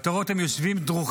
ואתה רואה אותם יושבים דרוכים,